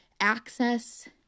access